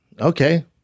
okay